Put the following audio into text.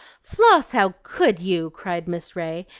floss, how could you! cried miss ray,